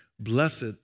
Blessed